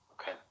Okay